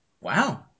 Wow